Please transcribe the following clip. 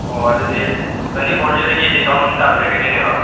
ꯑꯣ ꯑꯗꯨꯗꯤ ꯇ꯭ꯋꯦꯟꯇꯤ ꯐꯣꯔꯁꯤꯗꯒꯤ ꯗꯤꯁꯀꯥꯎꯟ ꯑꯃꯨꯛ ꯇꯥꯕꯤꯔꯛꯈꯤꯗꯣꯏꯅꯦꯕ